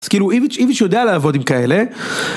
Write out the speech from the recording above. אז כאילו איוויץ' איוויץ' יודע לעבוד עם כאלה.